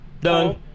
done